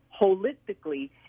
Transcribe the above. holistically